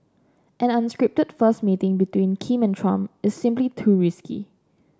an unscripted first meeting between Kim and Trump is simply too risky